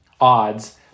odds